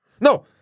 No